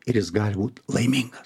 ir jis gali būt laimingas